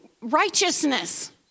righteousness